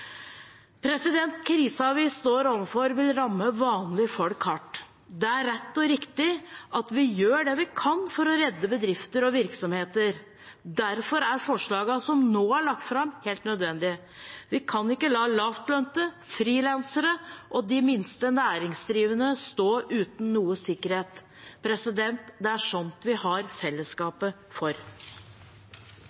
vi står overfor, vil ramme vanlige folk hardt. Det er rett og riktig at vi gjør det vi kan for å redde bedrifter og virksomheter. Derfor er forslagene som nå er lagt fram, helt nødvendige. Vi kan ikke la lavtlønte, frilansere og de minste næringsdrivende stå uten noe sikkerhet. Det er sånt vi har